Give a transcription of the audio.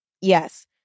Yes